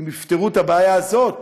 אם יפתרו את הבעיה הזאת,